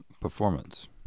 Performance